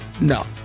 No